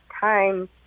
time